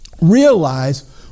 realize